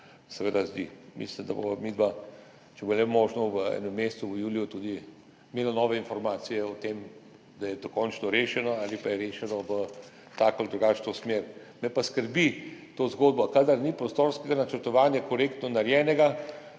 delu zdi. Mislim, da bova midva, če bo le možno, v enem mesecu, v juliju, tudi imela nove informacije o tem, da je dokončno rešeno ali pa je rešeno v tako ali drugačno smer. Me pa skrbi ta zgodba. Kadar ni prostorskega načrtovanja korektno narejenega,